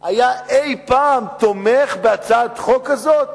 היה תומך אי-פעם בהצעת חוק כזאת?